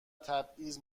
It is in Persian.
تبعیض